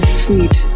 sweet